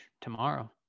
tomorrow